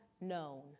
known